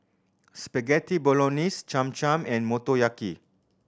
Spaghetti Bolognese Cham Cham and Motoyaki